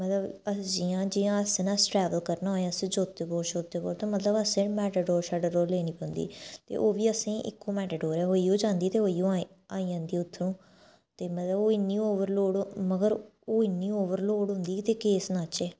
मतलब अस जियां जियां अस न ट्रैवल करना होऐ असें जोतीपुर शोतीपुर ते मतलब असें मैटाडोर शैटाडोर लेनी पौंदी ते ओह् बी असें इक्को मैटाडोर ओहिओ जांदी ते ओहिओ आई जंदी उत्थूं ते मतलब ओह् इन्नी ओवरलोड मगर ओह् इन्नी ओवरलोड होंंदी ते केह् सनाचै